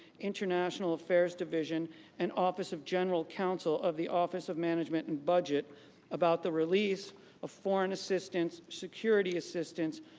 international affairs division and office of general counsel of the office of management and budget about the release a foreign assistance security assistance,